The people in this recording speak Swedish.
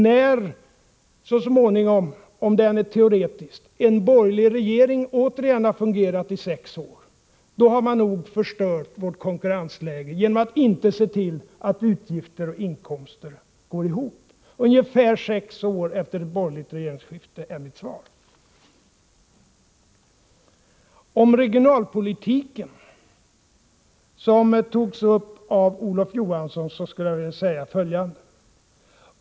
När så småningom -— teoretiskt — en borgerlig regering återigen har fungerat i sex år, då har man nog förstört vårt konkurrensläge genom att inte se till att utgifter och inkomster går ihop. Ungefär sex år efter ett borgerligt regeringsskifte är mitt svar. Om regionalpolitiken, som togs upp av Olof Johansson, skulle jag vilja säga följande.